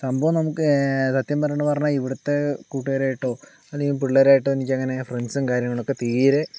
സംഭവം നമുക്ക് സത്യംപറഞ്ഞിട്ട് പറഞ്ഞാൽ ഇവിടുത്തെ കൂട്ടുകാരായിട്ടോ അല്ലങ്കിൽ പിള്ളേരായിട്ടോ എനിക്കങ്ങനെ ഫ്രണ്ട്സും കാര്യങ്ങളൊക്കെ തീരെ